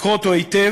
לקרוא אותו היטב,